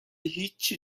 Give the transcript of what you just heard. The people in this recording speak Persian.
هیچی